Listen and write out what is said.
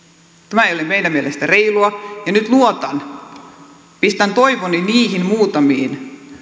tämä ei ole meidän mielestämme reilua ja nyt luotan pistän toivoni niihin muutamiin